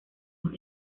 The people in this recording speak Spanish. dos